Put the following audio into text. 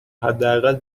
حداقل